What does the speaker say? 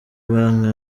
banki